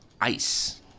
ice